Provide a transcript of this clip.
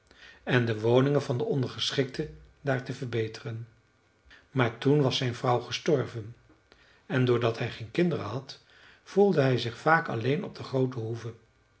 en de woningen van de ondergeschikten daar te verbeteren maar toen was zijn vrouw gestorven en doordat hij geen kinderen had voelde hij zich vaak alleen op de groote hoeve